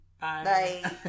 Bye